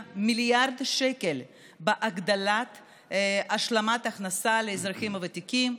מיליארד שקל בהגדלת השלמת ההכנסה לאזרחים הוותיקים,